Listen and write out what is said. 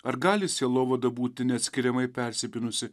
ar gali sielovada būti neatskiriamai persipynusi